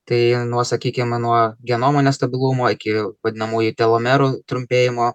tai nuo sakykim nuo genomo nestabilumo iki vadinamųjų telomerų trumpėjimo